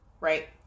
right